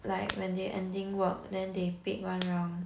like when they ending work then they pick one round